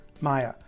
Maya